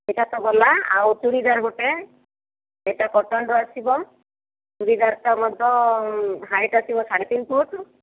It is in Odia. ସେଇଟା ତ ଗଲା ଆଉ ଚୁଡ଼ିଦାର ଗୋଟେ ସେଇଟା କଟନ୍ର ଆସିବ ଚୁଡ଼ିଦାରଟା ମଧ୍ୟ ହାଇଟ୍ ଆସିବ ସାଢ଼େ ତିନି ଫୁଟ୍